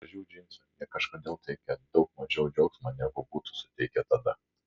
gražių džinsų jie kažkodėl teikia daug mažiau džiaugsmo negu būtų suteikę tada